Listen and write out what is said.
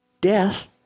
Death